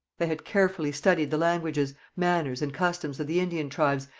they had carefully studied the languages, manners, and customs of the indian tribes,